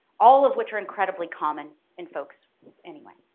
all of which are incredibly common in folks anyway.